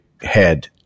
head